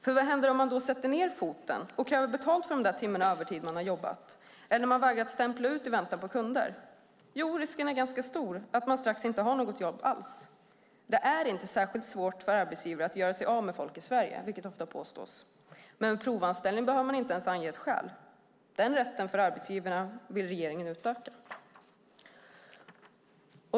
För vad händer om man sätter ned foten och kräver betalt för de där timmarna man har jobbat övertid eller vägrar att stämpla ut i väntan på kunder? Jo, risken är ganska stor att man strax inte har något jobb alls. Det är inte särskilt svårt för arbetsgivare att göra sig av med folk i Sverige, vilket ofta påstås. Med en provanställning behöver man inte ens ange ett skäl. Den rätten för arbetsgivare vill regeringen utöka.